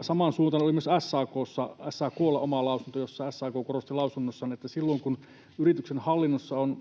Samansuuntainen oli myös SAK:lla oma lausunto, jossa SAK korosti, että silloin kun yrityksen hallinnossa on